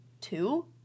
two